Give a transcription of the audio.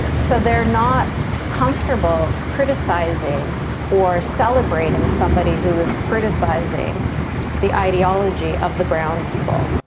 so they're not comfortable criticizing or celebrating somebody who is criticizing the ideology of the brown people,